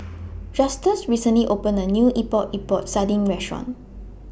Justus recently opened A New Epok Epok Sardin Restaurant